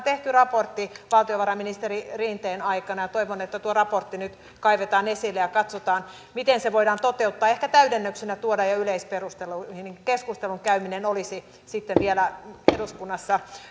tehty raportti valtiovarainministeri rinteen aikana ja toivon että tuo raportti nyt kaivetaan esille ja katsotaan miten se voidaan toteuttaa ja ehkä täydennyksenä tuodaan jo yleisperusteluihin niin että keskustelun käyminen olisi sitten vielä eduskunnassa